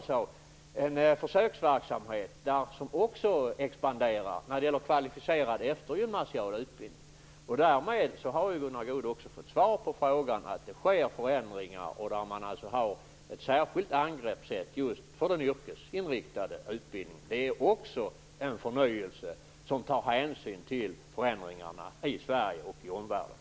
Det sker ju en försöksverksamhet som också expanderar när det gäller kvalificerad eftergymnasial utbildning. Därmed har ju Gunnar Goude också fått svar på frågan ? ?att sker förändringar. Man har alltså ett särskilt angreppssätt just för den yrkesinriktade utbildningen. Det är också en förnyelse som tar hänsyn till förändringarna i Sverige och i omvärlden.